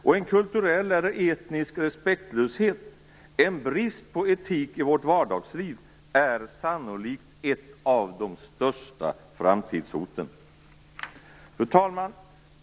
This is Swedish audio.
Och en kulturell eller etnisk respektlöshet, en brist på etik i vårt vardagsliv, är sannolikt ett av de största framtidshoten. Fru talman!